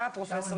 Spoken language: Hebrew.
שלום פרופסור